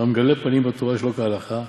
והמגלה פנים בתורה שלא כהלכה,